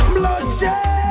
bloodshed